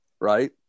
right